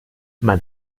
man